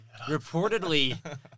reportedly